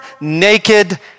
naked